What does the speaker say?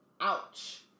Ouch